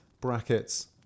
brackets